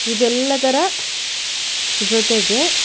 ಇದೆಲ್ಲದರ ಜೊತೆಗೆ